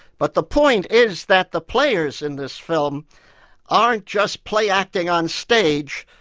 but the point is that the players in this film aren't just play-acting on stage,